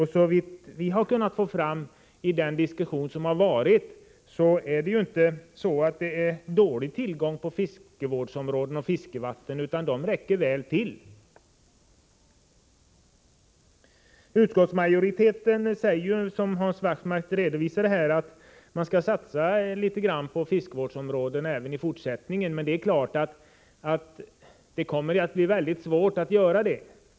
Såvitt vi kunnat få fram i samband med den diskussion som förts är tillgången på fiskevårdsområden och fiskevatten inte dålig, utan dessa räcker i stället väl till. Utskottsmajoriteten säger, som Hans Wachtmeister nyss redovisade, att man skall satsa litet grand på fiskevårdsområden även i fortsättningen. Men självfallet kommer det att bli mycket svårt att göra det.